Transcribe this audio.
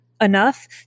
enough